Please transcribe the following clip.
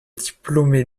diplômé